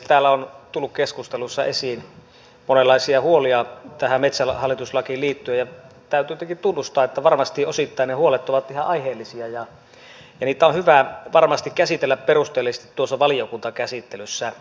täällä on tullut keskustelussa esiin monenlaisia huolia tähän metsähallitus lakiin liittyen ja täytyy tietenkin tunnustaa että varmasti osittain ne huolet ovat ihan aiheellisia ja niitä on hyvä varmasti käsitellä perusteellisesti valiokuntakäsittelyssä